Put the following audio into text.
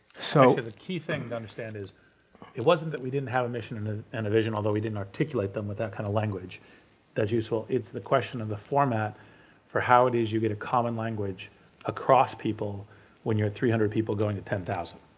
so the key thing to understand is it wasn't that we didn't have a mission and ah and vision, although we didn't articulate them with that kind of language that's useful, it's the question of the format for how it is you get common language across people when you're at three hundred people going to ten thousand.